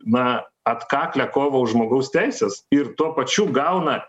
na atkaklią kovą už žmogaus teises ir tuo pačiu gauna